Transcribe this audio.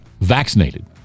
vaccinated